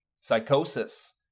psychosis